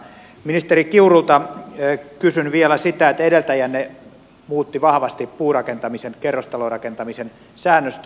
ministeri kiurulta kysyn vielä kun edeltäjänne muutti vahvasti puurakentamisen kerrostalorakentamisen säännöstöä